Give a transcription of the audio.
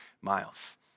miles